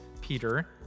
Peter